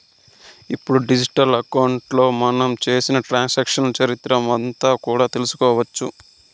ఇప్పుడు డిజిటల్ అకౌంట్లో మనం చేసిన ట్రాన్సాక్షన్స్ చరిత్ర అంతా కూడా తెలుసుకోవచ్చు